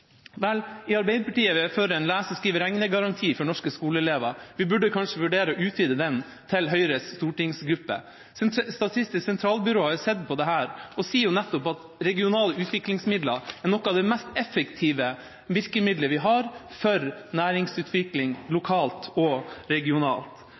Vel, i Arbeiderpartiet er vi for en lese-, skrive- og regnegaranti for norske skoleelever. Vi burde kanskje vurdere å utvide den til også å inkludere Høyres stortingsgruppe. Statistisk sentralbyrå har sett på dette og sier nettopp at regionale utviklingsmidler er et av de mest effektive virkemidlene vi har for næringsutvikling lokalt og regionalt.